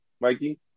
Mikey